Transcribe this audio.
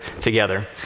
together